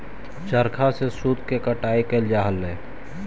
चरखा से सूत के कटाई कैइल जा हलई